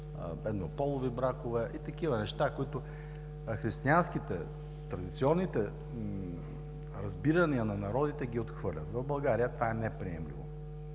еднополови бракове и такива неща, които християнските, традиционните разбирания на народите ги отхвърлят. В България това е неприемливо.